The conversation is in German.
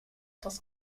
das